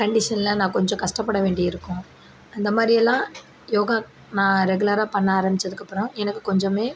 கண்டிஷனில் நான் கொஞ்சம் கஷ்டப்பட வேண்டி இருக்கும் அந்தமாதிரிலாம் யோகா நான் ரெகுலராக பண்ண ஆரமித்ததுக்கப்பறம் எனக்கு கொஞ்சமே